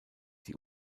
die